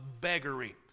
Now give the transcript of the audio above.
beggary